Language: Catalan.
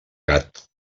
gat